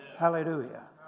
Hallelujah